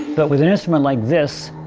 but with an instrument like this,